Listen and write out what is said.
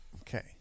Okay